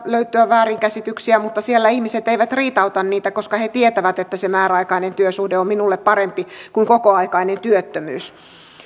löytyä väärinkäsityksiä mutta siellä ihmiset eivät riitauta niitä koska he tietävät että se määräaikainen työsuhde on minulle parempi kuin kokoaikainen työttömyys